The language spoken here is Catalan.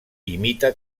imita